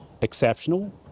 exceptional